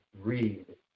read